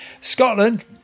Scotland